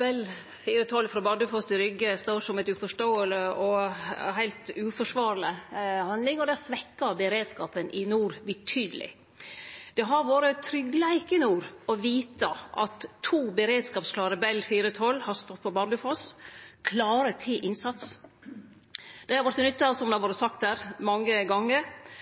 Bell 412 frå Bardufoss til Rygge står som ei uforståeleg og heilt uforsvarleg handling, og det svekkjer beredskapen i nord betydeleg. Det har gitt tryggleik i nord å vite at to beredskapsklare Bell 412 har stått på Bardufoss, klare til innsats. Dei har vorte nytta, som det har vore sagt her, mange gonger.